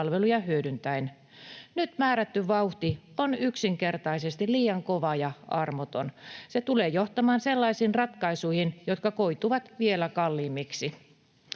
palveluja hyödyntäen. Nyt määrätty vauhti on yksinkertaisesti liian kova ja armoton. Se tulee johtamaan sellaisiin ratkaisuihin, jotka koituvat vielä kalliimmiksi.